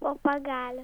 po pagal